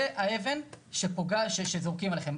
זו האבן שפוגעת כשזורקים עליהם.